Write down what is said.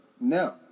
No